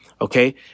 Okay